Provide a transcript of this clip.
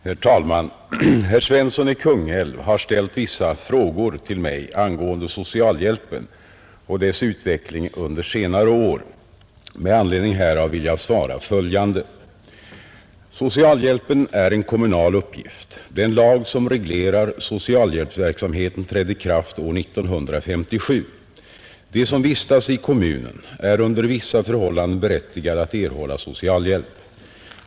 Herr talman! Herr Svensson i Kungälv har ställt vissa frågor till mig angående socialhjälpen och dess utveckling under senare år. Med anledning härav vill jag svara följande. Socialhjälpen är en kommunal uppgift. Den lag som reglerar socialhjälpsverksamheten trädde i kraft år 1957. De som vistas i kommunen är under vissa förhållanden berättigade att erhålla socialhjälp.